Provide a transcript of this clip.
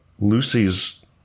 Lucy's